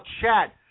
chat